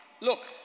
Look